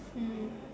mm